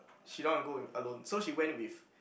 she don't want to go alone so she went with